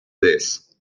this